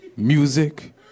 music